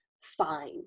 fine